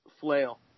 flail